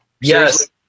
Yes